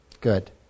Good